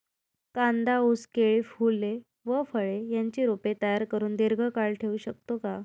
कांदा, ऊस, केळी, फूले व फळे यांची रोपे तयार करुन दिर्घकाळ ठेवू शकतो का?